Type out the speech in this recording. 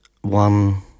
one